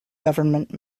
government